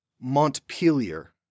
Montpelier